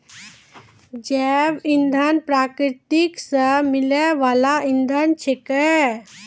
जैव इंधन प्रकृति सॅ मिलै वाल इंधन छेकै